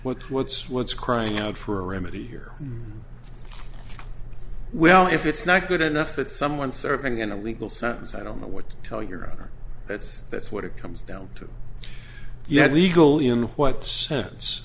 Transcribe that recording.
what what's what's crying out for a remedy here well if it's not good enough that someone serving in a legal sense i don't know what to tell your other that's that's what it comes down to yet legally in what sense